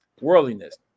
worldliness